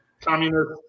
communist